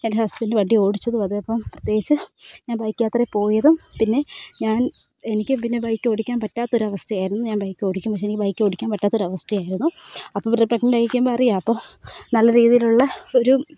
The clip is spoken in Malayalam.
എൻ്റെ ഹസ്ബൻ്റ് വണ്ടി ഓടിച്ചതും അത് ഇപ്പം പ്രത്യേകിച്ച് ഞാൻ ബൈക്ക് യാത്ര പോയതും പിന്നെ ഞാൻ എനിക്ക് പിന്നെ ബൈക്ക് ഓടിക്കാൻ പറ്റാത്തൊരവസ്ഥയായിയിരുന്നു ഞാൻ ബൈക്ക് ഓടിക്കും പക്ഷെ എനിക്ക് ബൈക്ക് ഓടിക്കാൻ പറ്റാത്തൊരവസ്ഥയായിരുന്നു അപ്പോൾ ഇവർ പെഗ്നൻ്റായിരിക്കുമ്പോൾ അറിയാം അപ്പോൾ നല്ല രീതിയിലുള്ള ഒരു